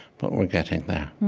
but we're getting there